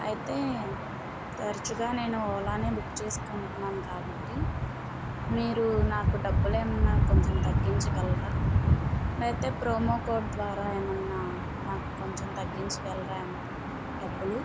అయితే తరచుగా నేను ఓలా నే బుక్ చేసుకుంటున్నాము కాబట్టి మీరు నాకు డబ్బులేమన్నా కొంచెం తగ్గించగలరా లేకపోతే ప్రోమో కోడ్ ద్వారా ఏమన్నా నాకు కొంచెం తగ్గించగలరా డబ్బులు